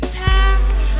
time